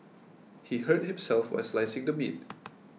he hurt himself while slicing the meat